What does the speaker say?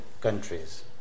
countries